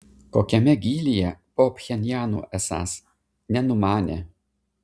kokiame gylyje po pchenjanu esąs nenumanė